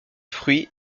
fruits